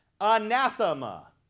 anathema